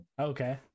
Okay